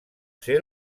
ser